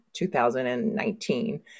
2019